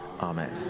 Amen